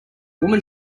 woman